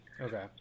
Okay